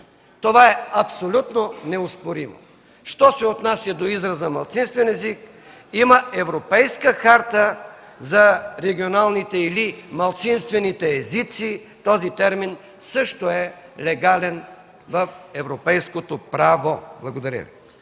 Това е абсолютно неоспоримо. Що се отнася до израза „малцинствен език”, има Европейска харта за регионалните или малцинствените езици. Този термин също е легален в европейското право. Благодаря Ви.